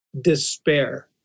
despair